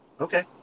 Okay